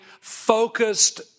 focused